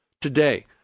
today